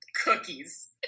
Cookies